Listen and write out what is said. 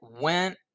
went